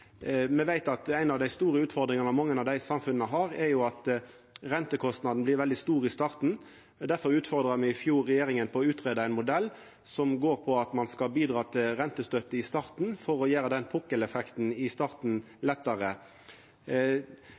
Me veit at ei av dei store utfordringane mange av desse samfunna har, er at rentekostnadene blir veldig store i starten. Difor utfordra me i fjor regjeringa på å greia ut ein modell som går på at ein skal bidra til rentestøtte i starten for å gjera pukkeleffekten i starten lettare.